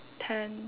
ten